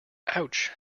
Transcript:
ouch